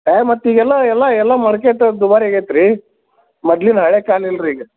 ಹಾಂ ಮತ್ತೆ ಈಗ ಎಲ್ಲ ಎಲ್ಲ ಎಲ್ಲ ಮೊಳಕೆ ಇಷ್ಟು ದುಬಾರಿ ಆಗೈತೆ ರಿ ಮೊದ್ಲಿನ ಹಳೇ ಕಾಲ ಇಲ್ರಿ ಈಗ